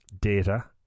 data